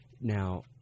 now